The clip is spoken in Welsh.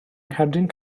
ngherdyn